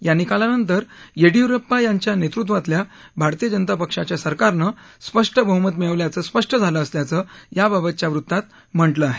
या निकालानंतर येडियुरप्पा यांच्या नेतृत्वातल्या भारतीय जनता पक्षाच्या सरकारनं स्पष्ट बहुमत मिळवल्याचं स्पष्ट झालं असल्याचं याबाबतच्या वृत्तात म्हटलं आहे